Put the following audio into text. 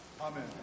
Amen